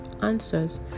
answers